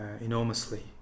enormously